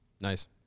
Nice